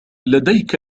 لديك